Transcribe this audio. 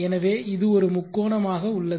எனவே இது ஒரு முக்கோணம் ஆக உள்ளது